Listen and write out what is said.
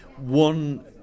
One